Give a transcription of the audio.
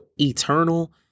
eternal